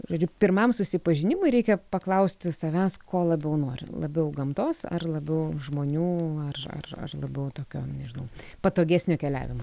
žodžiu pirmam susipažinimui reikia paklausti savęs ko labiau nori labiau gamtos ar labiau žmonių ar ar ar labiau tokio nežinau patogesnio keliavimo